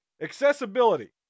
Accessibility